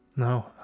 No